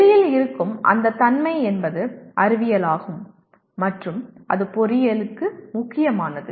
வெளியில் இருக்கும் அந்த தன்மை என்பது அறிவியல் ஆகும் மற்றும் அது பொறியியலுக்கு முக்கியமானது